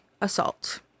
assault